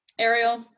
Ariel